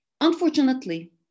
Unfortunately